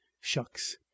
shucks